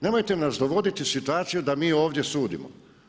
Nemojte nas dovoditi u situaciju da mi ovdje sudimo.